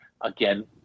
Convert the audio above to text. again